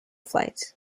flights